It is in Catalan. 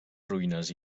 ruïnes